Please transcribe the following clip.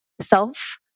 self